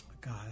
God